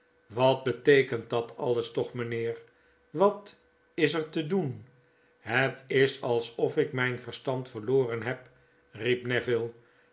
wat beteekent dat alles toch mynheer wat is er te doen het is alsof ik myn verstand verloren heb